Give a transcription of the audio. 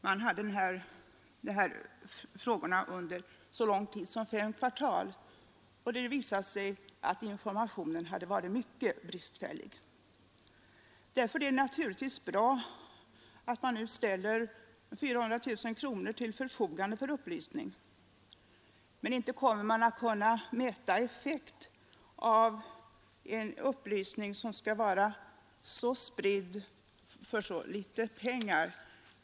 Man hade frågorna ute så lång tid som under fem kvartal. Det visade sig att informationen hade varit mycket bristfällig. Det är därför bra att man nu ställer 400 000 kronor till förfogande för upplysning. Men inte kommer man att kunna mäta effekten av en upplysning som skall vara så spridd och som får kosta så litet.